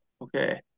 Okay